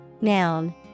noun